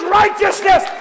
righteousness